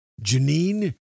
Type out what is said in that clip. Janine